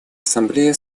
ассамблея